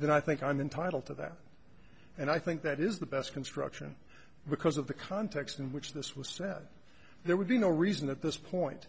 then i think i'm entitled to that and i think that is the best construction because of the context in which this was said there would be no reason at this point